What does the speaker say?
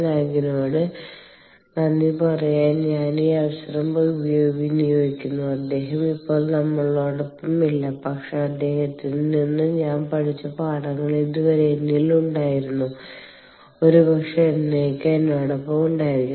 നാഗിനോട് നന്ദി പറയാൻ ഞാൻ ഈ അവസരം വിനിയോഗിക്കുന്നു അദ്ദേഹം ഇപ്പോൾ നമ്മോടൊപ്പമില്ല പക്ഷേ അദ്ദേഹത്തിൽ നിന്ന് ഞാൻ പഠിച്ച പാഠങ്ങൾ ഇതുവരെ എന്നിൽ ഉണ്ടായിരുന്നു ഒരുപക്ഷേ എന്നേക്കും എന്നോടൊപ്പം ഉണ്ടായിരിക്കും